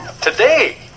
Today